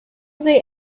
they